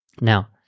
Now